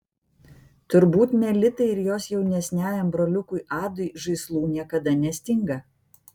turbūt melitai ir jos jaunesniajam broliukui adui žaislų niekada nestinga